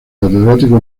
catedrático